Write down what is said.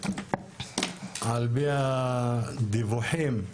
על פי הדיווחים,